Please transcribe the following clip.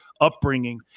upbringing